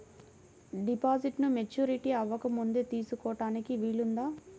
డిపాజిట్ను మెచ్యూరిటీ అవ్వకముందే తీసుకోటానికి వీలుందా?